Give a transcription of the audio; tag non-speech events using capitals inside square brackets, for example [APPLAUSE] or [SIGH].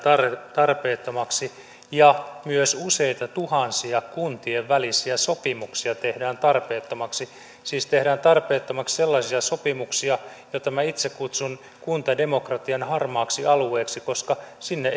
tarpeettomaksi ja myös useita tuhansia kuntien välisiä sopimuksia tehdään tarpeettomaksi siis tehdään tarpeettomaksi sellaisia sopimuksia joita minä itse kutsun kuntademokratian harmaaksi alueeksi koska sinne [UNINTELLIGIBLE]